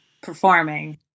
performing